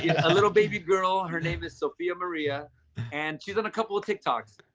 yeah a little baby girl. her name is sofia maria and she's on a couple of tiktoks.